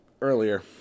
earlier